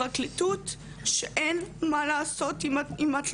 למסקנה שאם אני לא אעשה משהו בשביל עצמי,